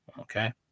Okay